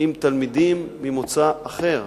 עם תלמידים ממוצא אחר.